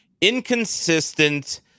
inconsistent